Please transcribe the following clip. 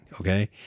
Okay